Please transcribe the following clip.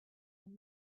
when